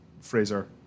Fraser